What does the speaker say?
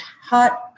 hot